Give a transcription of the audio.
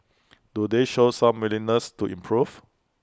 do they show some willingness to improve